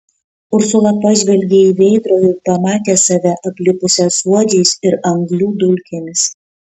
ursula pažvelgė į veidrodį ir pamatė save aplipusią suodžiais ir anglių dulkėmis